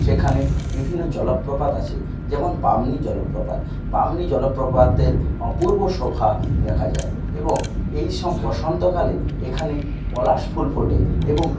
সেখানে বিভিন্ন জলপ্রপাত আছে যেমন বামনি জলপ্রপাত বামনি জলপ্রপাতের অপূর্ব শোভা দেখা যায় এবং এই সম বসন্তকালে এখানে পলাশ ফুল ফোটে এবং